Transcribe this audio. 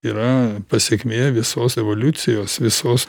yra pasekmė visos evoliucijos visos